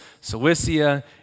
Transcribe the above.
Cilicia